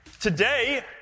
Today